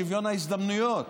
שוויון ההזדמנויות,